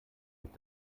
mit